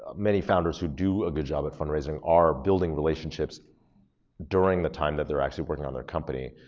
ah many founders who do a good job at fundraising are building relationships during the time that they're actually working on their company.